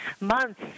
months